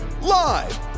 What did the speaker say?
live